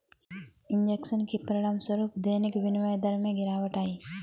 injection के परिणामस्वरूप दैनिक विनिमय दर में गिरावट आई